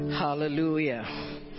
hallelujah